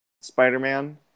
Spider-Man